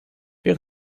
wäre